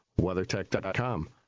WeatherTech.com